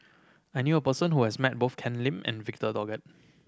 I knew a person who has met both Ken Lim and Victor Doggett